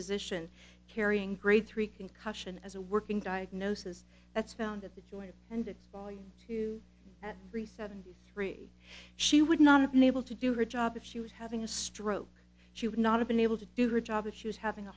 physician carrying grade three concussion as a working diagnosis that's found at the joint and it's volume two at three seven three she would not have been able to do her job if she was having a stroke she would not have been able to do her job if she was having